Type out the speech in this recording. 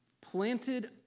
planted